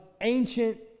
ancient